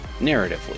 narratively